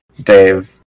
Dave